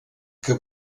que